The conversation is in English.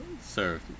Sir